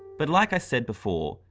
but like i said before,